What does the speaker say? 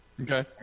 Okay